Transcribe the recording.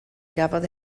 gafodd